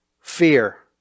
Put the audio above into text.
fear